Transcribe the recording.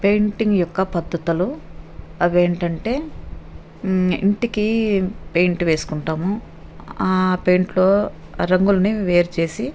painting యొక్క పద్ధతులు అవి ఏంటంటే ఇంటికి పెయింట్ వేసుకుంటాము పెయింట్లో రంగుల్ని వేరు చేసి